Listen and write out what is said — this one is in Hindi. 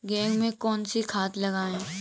गेहूँ में कौनसी खाद लगाएँ?